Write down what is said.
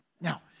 Now